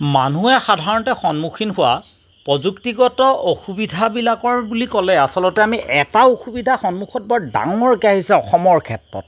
মানুহে সাধাৰণতে সন্মুখীন হোৱা প্ৰযুক্তিগত অসুবিধাবিলাকৰ বুলি ক'লে আচলতে আমি এটা অসুবিধাৰ সন্মুখত বৰ ডাঙৰকে আহিছে অসমৰ ক্ষেত্ৰত